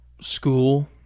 School